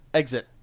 exit